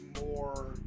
more